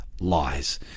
lies